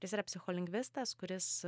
jis yra psicholingvistas kuris